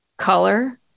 color